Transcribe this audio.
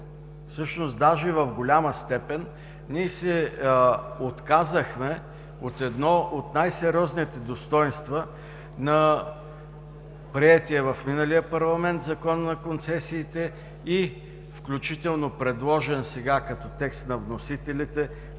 всъщност даже в голяма степен, ние се отказахме от едно от най-сериозните достойнства на приетия в миналия парламент Закон за концесиите, включително предложен сега като текст на вносителите